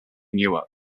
newark